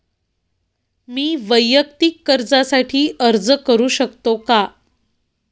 मी वैयक्तिक कर्जासाठी अर्ज करू शकतो का?